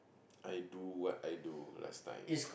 I do what I do last time